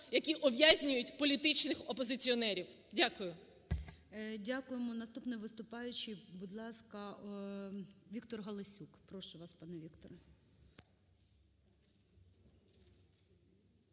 які ув'язнюють політичних опозиціонерів. Дякую. ГОЛОВУЮЧИЙ. Дякуємо. Наступний виступаючий, будь ласка, Віктор Галасюк. Прошу вас, пане Вікторе.